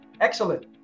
Excellent